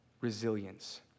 Resilience